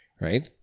Right